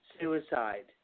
suicide